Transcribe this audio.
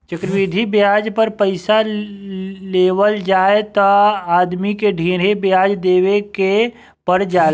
चक्रवृद्धि ब्याज पर पइसा लेवल जाए त आदमी के ढेरे ब्याज देवे के पर जाला